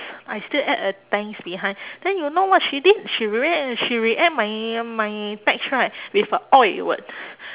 I still add a thanks behind then you know what she did she re~ she react my my text right with a !oi! word